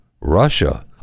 russia